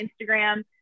Instagram